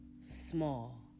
small